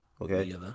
Okay